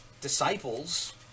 disciples